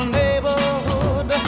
neighborhood